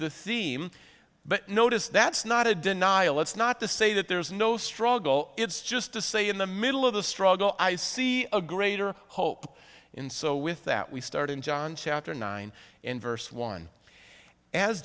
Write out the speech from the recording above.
the theme but notice that's not a denial it's not to say that there is no struggle it's just a say in the middle of the struggle i see a greater hope in so with that we start in john chapter nine in verse one as